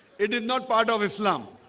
it is not part of islam